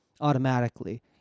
automatically